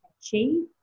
achieve